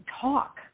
talk